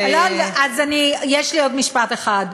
אז יש לי עוד משפט אחד.